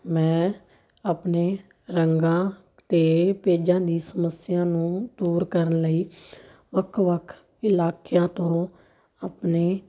ਮੈਂ ਆਪਣੇ ਰੰਗਾਂ ਅਤੇ ਪੇਜਾਂ ਦੀ ਸਮੱਸਿਆ ਨੂੰ ਦੂਰ ਕਰਨ ਲਈ ਵੱਖ ਵੱਖ ਇਲਾਕਿਆਂ ਤੋਂ ਆਪਣੇ